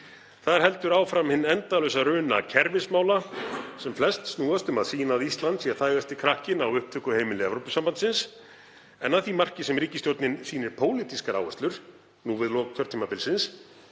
Þar heldur áfram hin endalausa runa kerfismála sem flest snúast um að sýna að Ísland sé hæfasti krakkinn á upptökuheimili Evrópusambandsins. En að því marki sem ríkisstjórnin sýnir pólitískar áherslur nú við lok kjörtímabilsins